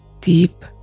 deep